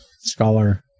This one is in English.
Scholar